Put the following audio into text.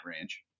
range